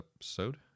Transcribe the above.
episode